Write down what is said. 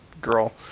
girl